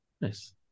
Nice